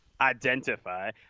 identify